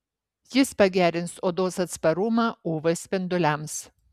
jis pagerins odos atsparumą uv spinduliams